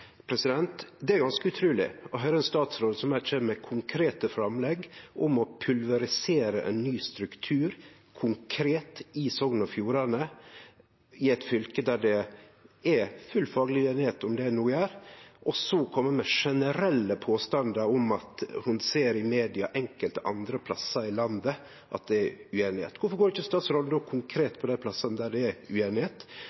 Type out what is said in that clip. Det er ganske utruleg å høyre ein statsråd som her kjem med konkrete framlegg om å pulverisere ein ny struktur, konkret i Sogn og Fjordane, i eit fylke der det er full fagleg einigheit om det ein no gjer, kome med generelle påstandar om at ho ser i media enkelte andre plassar i landet at det er ueinigheit. Kvifor går ikkje statsråden då